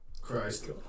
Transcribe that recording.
Christ